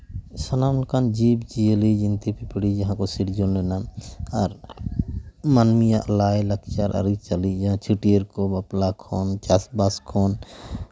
ᱥᱟᱱᱟᱢ ᱞᱮᱠᱟᱱ ᱡᱤᱵᱽᱼᱡᱤᱭᱟᱹᱞᱤ ᱡᱤᱱᱛᱤ ᱯᱤᱯᱤᱲᱤ ᱡᱟᱦᱟᱸ ᱠᱚ ᱥᱤᱨᱡᱚᱱ ᱞᱮᱱᱟ ᱟᱨ ᱢᱟᱹᱱᱢᱤᱭᱟᱜ ᱞᱟᱭᱼᱞᱟᱠᱪᱟᱨ ᱟᱹᱨᱤᱼᱪᱟᱹᱞᱤ ᱪᱷᱟᱹᱴᱭᱟᱹᱨ ᱠᱚ ᱵᱟᱯᱞᱟ ᱠᱷᱚᱱ ᱪᱟᱥᱼᱵᱟᱥ ᱠᱷᱚᱱ